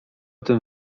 tym